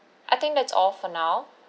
I think that's all for now